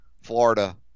Florida